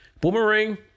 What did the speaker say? boomerang